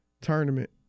tournament